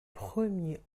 premier